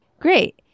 Great